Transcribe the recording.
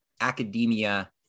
academia